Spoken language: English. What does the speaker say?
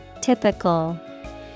Typical